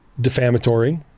defamatory